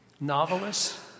novelists